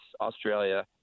Australia